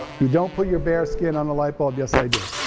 you don't put your bare skin on a light bulb, yes, i do.